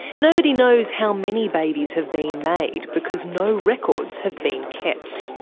nobody knows how many babies have been made, because no records have been kept.